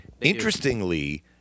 interestingly